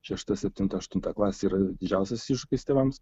šešta septinta aštunta klasė yra didžiausias iššūkis tėvams